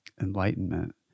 enlightenment